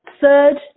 third